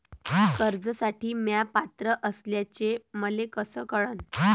कर्जसाठी म्या पात्र असल्याचे मले कस कळन?